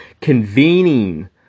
convening